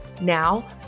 Now